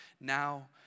Now